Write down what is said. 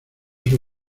sus